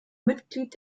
mitglied